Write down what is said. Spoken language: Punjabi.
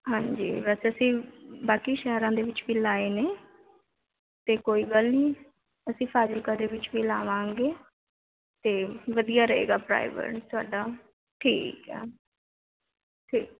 ਹਾਂਜੀ ਵੈਸੇ ਅਸੀਂ ਬਾਕੀ ਸ਼ਹਿਰਾਂ ਦੇ ਵਿੱਚ ਵੀ ਲਾਏ ਨੇ ਅਤੇ ਕੋਈ ਗੱਲ ਨਹੀਂ ਅਸੀਂ ਫਾਜ਼ਿਲਕਾ ਦੇ ਵਿੱਚ ਵੀ ਲਾਵਾਂਗੇ ਅਤੇ ਵਧੀਆ ਰਹੇਗਾ ਪਰਾਯਾਵਰਨ ਤੁਹਾਡਾ ਠੀਕ ਆ